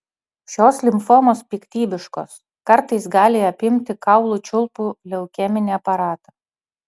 šios limfomos piktybiškos kartais gali apimti kaulų čiulpų leukeminį aparatą